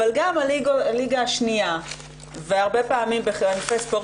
אבל גם הליגה השנייה והרבה פעמים בענפי ספורט